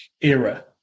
era